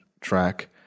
track